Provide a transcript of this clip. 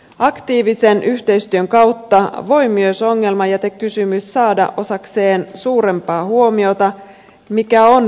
aktiivisen yhteistyön kautta voi myös ongelmajätekysymys saada osakseen suurempaa huomiota mikä on välttämätöntä